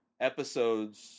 episodes